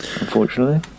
unfortunately